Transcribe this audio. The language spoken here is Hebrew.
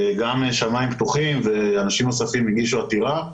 גם "שמיים פתוחים" ואנשים נוספים הגישו עתירה.